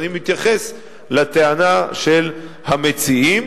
אני מתייחס לטענה של המציעים.